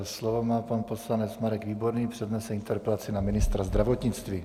Slovo má pan poslanec Marek Výborný, přednese interpelaci na ministra zdravotnictví.